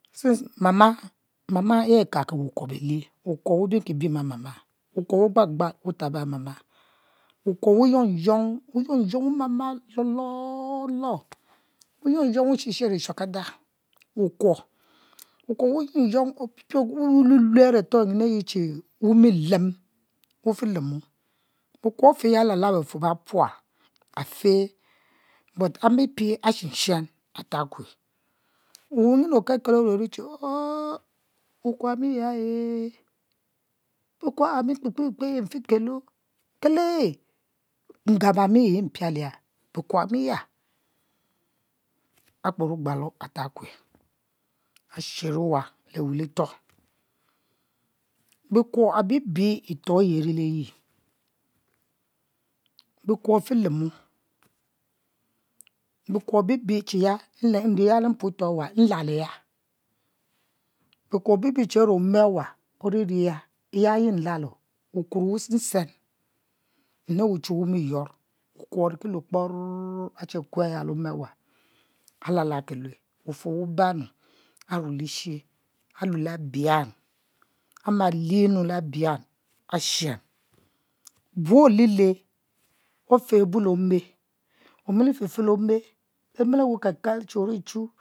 Mama yi akaki wukuo belie wukue wubiem ki biem e mama wukuo wu gbal gbal wu tabo e' mama wukuo wuyuong young wumama ilololo wu yung young wu shi shero eshuakada. wukuo wu yong young wupie e'yeh nyin ayi che wu milem wu fi lemo wukuo ofe ya alal lal befuor bepual afe but apipie ashie shen ache tabue weh wuyin okekel ome rue che oh wukuo ami ya ae wukuo a' mi kpe kpe kpe e mfikelo kel e ngabo ami yi mpiaha bikuo ami ya akper ogbalo atab kue ashero wa le we litoh bi kuo abi bi e'toh ayi aru le yi bikuo afe lemu bikuo abibi che ya nlalo ya lempuoto ya bi kuo abibi chi ya iri ome awu nlalo wukuo wusen sen nde wuchu wumi yorr wukuo ari ki lue kporr ache kuel ya le ome awa alalal ke lue wufuor wubanu arue lishe alue le bian ama lienu le bian ashen bu ole le ofe bu le omeh omili fe fe le ome be mile we kel kel che ori chu